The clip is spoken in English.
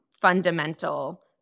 fundamental